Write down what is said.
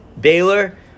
Baylor